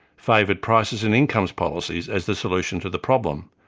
favoured prices and incomes policies as the solution to the problem,